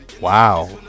Wow